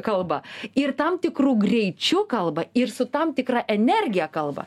kalba ir tam tikru greičiu kalba ir su tam tikra energija kalba